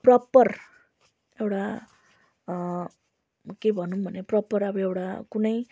proper एउटा के भनौँ भने प्रपर अब एउटा कुनै